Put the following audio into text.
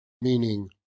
meaning